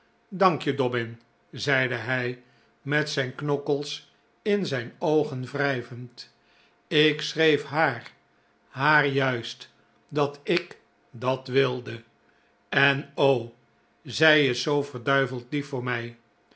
dank je dobbin zeide hij met zijn knokkels in zijn oogen wrijvend ik schreef haar haar juist dat ik dat wilde en o zij is zoo verduiveld lief voor mij